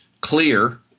clear